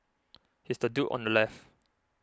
he's the dude on the left